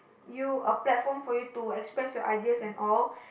you a platform for you to express you ideas and all